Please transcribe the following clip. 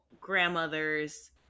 grandmother's